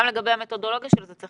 צריך לדבר גם לגבי המתודולוגיה של זה.